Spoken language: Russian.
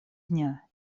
дня